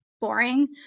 boring